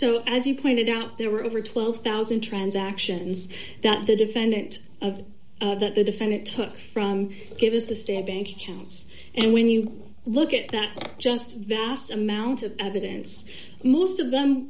so as you pointed out there were over twelve thousand transactions that the defendant of that the defendant took from give us this day of bank accounts and when you look at that just vast amount of evidence most of them